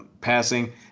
passing